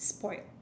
spoiled